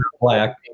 black